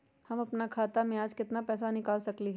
हम अपन खाता में से आज केतना पैसा निकाल सकलि ह?